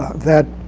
that,